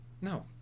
No